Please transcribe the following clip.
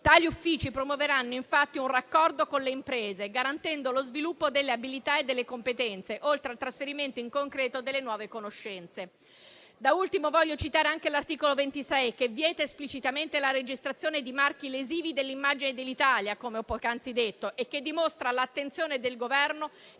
Tali uffici promuoveranno infatti un raccordo con le imprese, garantendo lo sviluppo delle abilità e delle competenze, oltre al trasferimento in concreto delle nuove conoscenze. Da ultimo, voglio citare anche l'articolo 26, che vieta esplicitamente la registrazione di marchi lesivi dell'immagine dell'Italia, come ho poc'anzi detto, e che dimostra l'attenzione del Governo